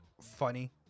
funny